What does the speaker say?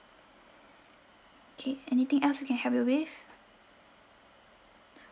okay anything else I can help you with